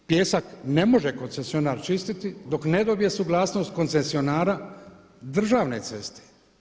Ali pijesak ne može koncesionar čistiti dok ne dobije suglasnost koncesionara državne ceste.